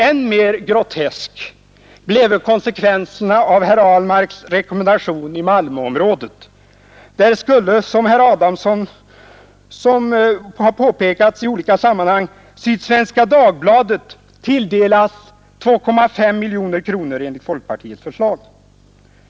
Än mer groteska bleve konsekvenserna av herr Ahlmarks rekommendation i Malmöområdet. Där skulle, som har påpekats i olika sammanhang, Sydsvenska Dagbladet tilldelas 2,5 miljoner kronor enligt folkpartiets förslag.